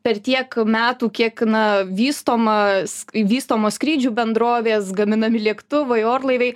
per tiek metų kiek na vystomas vystomos skrydžių bendrovės gaminami lėktuvai orlaiviai